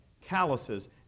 calluses